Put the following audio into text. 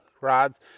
rods